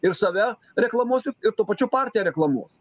ir save reklamuos i ir tuo pačiu partiją reklamuos